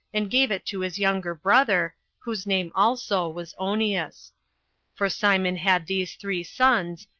and gave it to his younger brother, whose name also was onias for simon had these three sons,